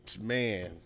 Man